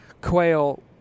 quail